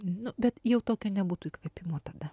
nu bet jau tokio nebūtų įkvėpimo tada